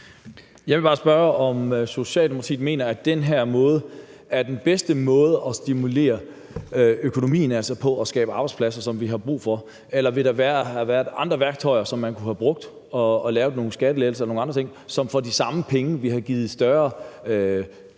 Jeg vil bare spørge, om Socialdemokratiet mener, at den her måde er den bedste måde at stimulere økonomien og skabe arbejdspladser på, som vi har brug for, eller om der kunne have været andre værktøjer, som man kunne have brugt, f.eks. have lavet nogle skattelettelser og andre ting, som for de samme penge ville have givet et større